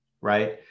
right